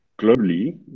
Globally